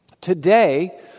Today